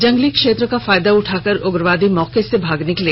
जंगली क्षेत्र का फायदा उठाकर उग्रवादी मौके से भाग निकले